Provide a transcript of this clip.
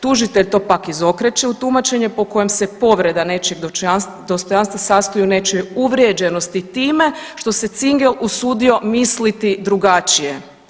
Tužitelj to pak izokreće u tumačenje po kojem se povreda nečijeg dostojanstva sastoji u nečijoj uvrijeđenosti time što se Cingel usudio misliti drugačije.